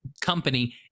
company